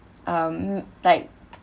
um like